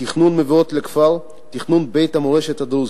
תכנון מבואות לכפר, תכנון בית המורשת הדרוזית,